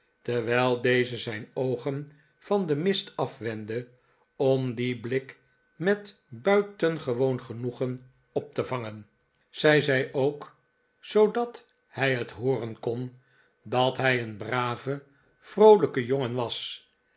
terwijl deze zijn oogen van den mist afwendde om dien blik met buitengewoon genoegen op te vangen zij zei ook zoodat hij het hooren kon dat hij een brave vroolijke maarten chuzzlewit jongen was